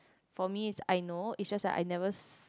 for me I know is just like I never